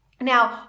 Now